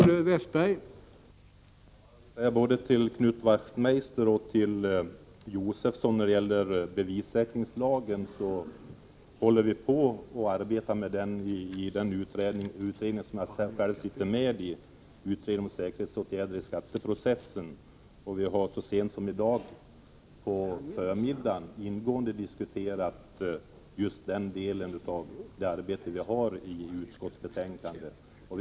Herr talman! Vi arbetar, Knut Wachtmeister och Stig Josefson, med bevissäkringslagen i den utredning om säkerhetsåtgärder i skatteprocessen som jag själv sitter med i. Vi har så sent som på förmiddagen i dag ingående diskuterat just denna del av det material som behandlas i utskottsbetänkandet.